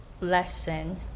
lesson